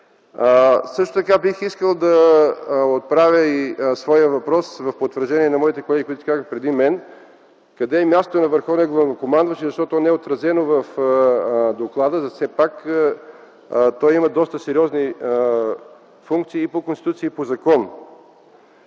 класацията. Бих искал да отправя и своя въпрос в потвърждение на моите колеги, изказали се преди мен – къде е мястото на върховния главнокомандващ и защо то не е отразено в доклада? Все пак той има доста сериозни функции по Конституция и по закон.